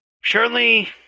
Surely